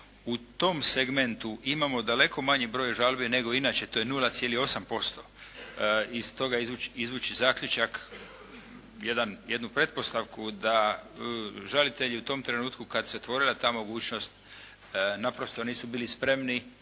U tom segmentu imamo daleko manji broj žalbi nego inače, to je 0,8%. Iz toga izvući zaključak jedan, jednu pretpostavku da žalitelj u tom trenutku kad se otvorila ta mogućnost naprosto nisu bili spremni,